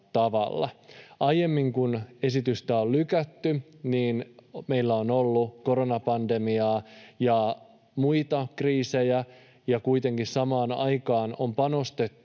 Aiemmin, kun esitystä on lykätty, meillä on ollut koronapandemiaa ja muita kriisejä ja kuitenkin samaan aikaan on panostettu